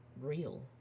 real